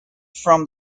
from